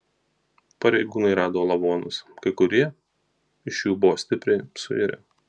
pareigūnai rado lavonus kai kurie iš jų buvo stipriai suirę